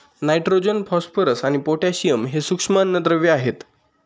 nitrogen, phosphorus आणि potassium हे सूक्ष्म अन्नद्रव्ये आहेत